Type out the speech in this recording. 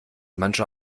manche